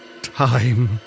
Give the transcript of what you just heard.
time